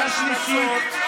קריאה שלישית.